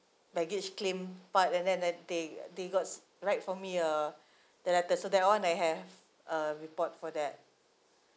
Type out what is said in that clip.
baggage claim part and then that they they got write for me uh the letter so that one I have a a report for that